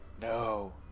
No